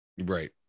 Right